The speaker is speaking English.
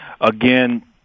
Again